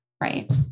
right